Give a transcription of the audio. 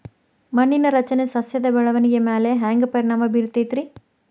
ಮಣ್ಣಿನ ರಚನೆ ಸಸ್ಯದ ಬೆಳವಣಿಗೆ ಮ್ಯಾಲೆ ಹ್ಯಾಂಗ್ ಪರಿಣಾಮ ಬೇರತೈತ್ರಿ?